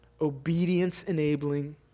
obedience-enabling